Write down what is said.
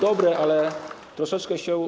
Dobre, ale troszeczkę się.